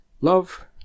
love